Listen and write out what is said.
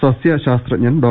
സസ്യശാസ്ത്രജ്ഞൻ ഡോ